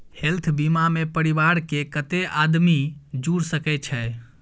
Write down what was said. Health बीमा मे परिवार के कत्ते आदमी जुर सके छै?